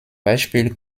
beispiel